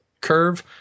curve